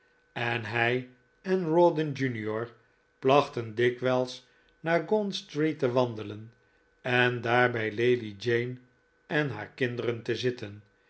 en hij en rawdon jr plachten dikwijls naar gaunt street te wandelen en daar bij lady jane en haar kinderen te zitten